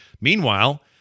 Meanwhile